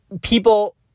people